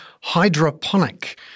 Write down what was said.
hydroponic